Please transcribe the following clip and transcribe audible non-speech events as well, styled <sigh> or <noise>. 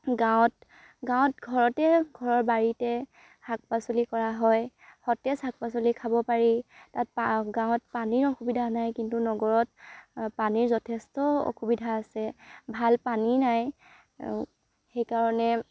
গাঁৱত গাঁৱত ঘৰতে ঘৰৰ বাৰীতে শাক পাচলি কৰা হয় সতেজ শাক পাচলি খাব পাৰি তাত <unintelligible> গাঁৱত পানীৰ অসুবিধা নাই কিন্তু নগৰত পানীৰ যথেষ্ট অসুবিধা আছে ভাল পানী নাই সেইকাৰণে